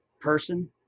person